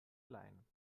leihen